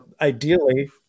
Ideally